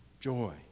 joy